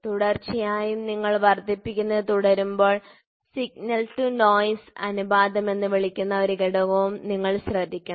തീർച്ചയായും നിങ്ങൾ വർദ്ധിപ്പിക്കുന്നത് തുടരുമ്പോൾ സിഗ്നൽ ടു നോയ്സ് അനുപാതം എന്ന് വിളിക്കുന്ന ഒരു ഘടകവും നിങ്ങൾ ശ്രദ്ധിക്കണം